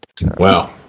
Wow